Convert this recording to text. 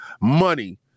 money